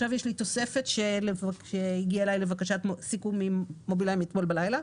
יש לי תוספת שהגיעה לבקשת מובילאיי אתמול בלילה.